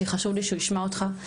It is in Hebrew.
כי חשוב לי שהוא ישמע אותך,